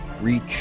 reach